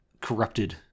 corrupted